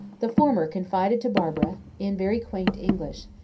the former confided to barbara, in very quaint english,